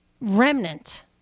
remnant